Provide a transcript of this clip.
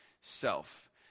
self